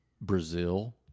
Brazil